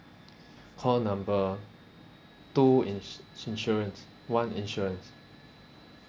call number two ins~ insurance one insurance